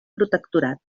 protectorat